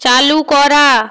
চালু করা